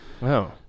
wow